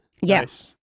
Yes